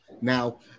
Now